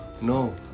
No